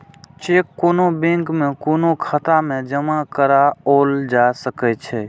cheque कोनो bank में कोनो खाता मे जमा कराओल जा सकै छै